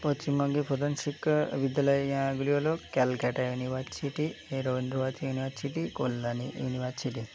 পশ্চিমবঙ্গে প্রধান শিক্ষা বিদ্যালয়গুলি হলো Calcutta University Rabindra Bharati University Kalyani university